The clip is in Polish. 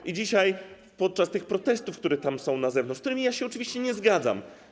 I dzisiaj, podczas tych protestów, które tam są na zewnątrz, z którymi ja się oczywiście nie zgadzam.